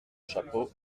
chapeau